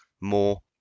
more